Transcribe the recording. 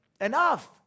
Enough